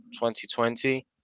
2020